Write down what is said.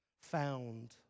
found